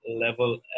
level